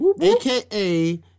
aka